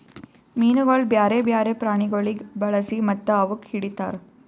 ಮೀನುಗೊಳ್ ಬ್ಯಾರೆ ಬ್ಯಾರೆ ಪ್ರಾಣಿಗೊಳಿಗ್ ಬಳಸಿ ಮತ್ತ ಅವುಕ್ ಹಿಡಿತಾರ್